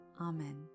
Amen